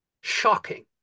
shocking